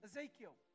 Ezekiel